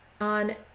On